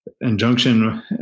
injunction